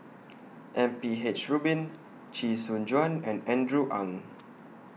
M P H Rubin Chee Soon Juan and Andrew Ang